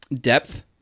depth